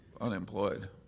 unemployed